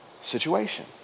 situation